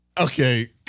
Okay